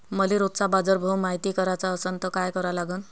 मले रोजचा बाजारभव मायती कराचा असन त काय करा लागन?